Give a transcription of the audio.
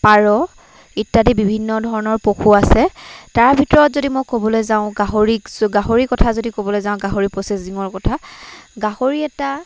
পাৰ ইত্যাদি বিভিন্ন ধৰণৰ পশু আছে তাৰ ভিতৰত যদি মই ক'বলৈ যাওঁ গাহৰিক জ গাহৰি কথা যদি ক'বলৈ যাওঁ গাহৰি প্ৰচেচিঙৰ কথা গাহৰি এটা